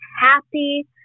happy